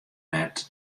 net